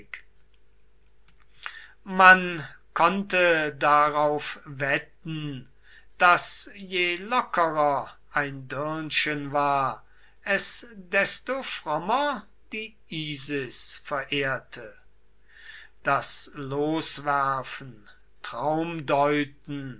man konnte darauf wetten daß je lockerer ein dirnchen war es desto frommer die isis verehrte daß loswerfen traumdeuten